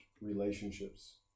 relationships